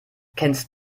kennst